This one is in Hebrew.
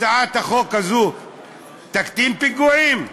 הצעת החוק הזו תקטין פיגועים?